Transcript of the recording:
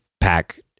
pack